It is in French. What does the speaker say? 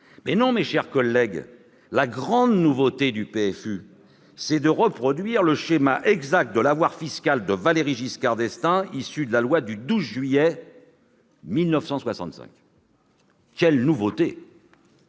minimal. Mes chers collègues, la grande nouveauté du PFU, c'est de reproduire le schéma exact de l'avoir fiscal de Valéry Giscard d'Estaing, issu de la loi du 12 juillet 1965 ... Quelle innovation